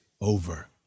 Over